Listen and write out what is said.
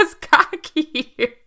cocky